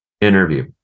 interview